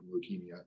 leukemia